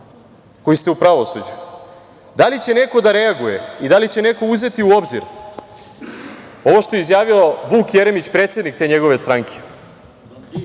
koji ste u pravosuđu, da li će neko da reaguje i da li će neko uzeti u obzir ovo što je izjavio Vuk Jeremić predsednik te njegove stranke